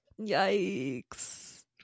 Yikes